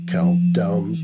Countdown